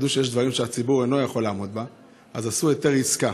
ידעו שיש דברים שהציבור אינו יכול לעמוד בהם אז עשו היתר עסקה,